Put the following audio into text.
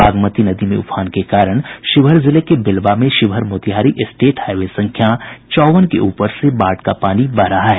बागमती नदी में उफान के कारण शिवहर जिले के बेलवा में शिवहर मोतीहारी स्टेट हाईवे संख्या चौवन के ऊपर से बाढ़ का पानी बह रहा है